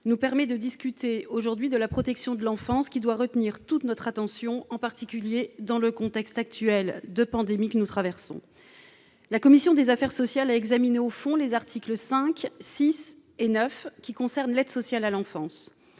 nous permet de discuter aujourd'hui de la protection de l'enfance qui doit retenir toute notre attention, en particulier dans le contexte actuel de pandémie que nous traversons. La commission des affaires sociales à examiner au fond les articles 5 6 et 9 qui concerne l'aide sociale à l'enfance,